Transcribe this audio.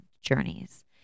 Journeys